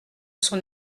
son